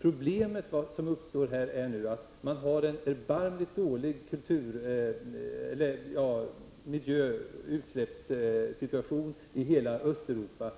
Problemet är bara att kulturmiljön är erbarmligt dålig i hela Östeuropa.